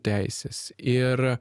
teisės ir